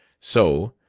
so,